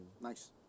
Nice